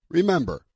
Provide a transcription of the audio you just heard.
Remember